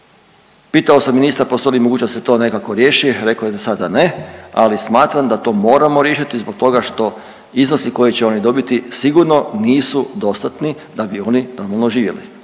Pitao sam ministra postoji li mogućnost da se to nekako riješi. Rekao je – za sada ne. Ali smatram da to moramo riješiti zbog toga što iznosi koje će oni dobiti sigurno nisu dostatni da bi oni normalno živjeli.